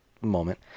moment